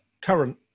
current